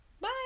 bye